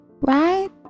right